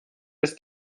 ist